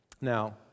now